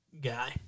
guy